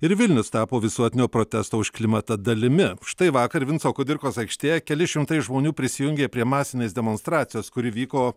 ir vilnius tapo visuotinio protesto už klimatą dalimi štai vakar vinco kudirkos aikštėje keli šimtai žmonių prisijungė prie masinės demonstracijos kuri vyko